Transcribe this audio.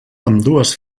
ambdues